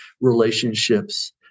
relationships